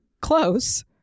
Close